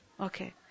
Okay